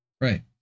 Right